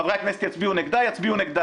חברי הכנסת יצביעו נגדה - יצביעו נגדה.